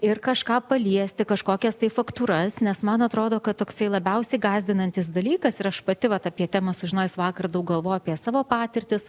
ir kažką paliesti kažkokias tai faktūras nes man atrodo kad toksai labiausiai gąsdinantis dalykas ir aš pati vat apie temą sužinojus vakar daug galvojau apie savo patirtis